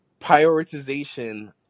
prioritization